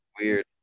Weird